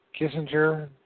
Kissinger